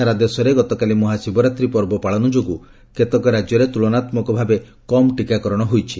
ସାରା ଦେଶରେ ଗତକାଳି ମହାଶିବରାତ୍ରି ପର୍ବ ପାଳନ ଯୋଗୁ କେତେକ ରାଜ୍ୟର ତୁଳନାତ୍ମକ ଭାବେ କାମ ଟିକାକରଣ ହୋଇଛି